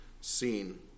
seen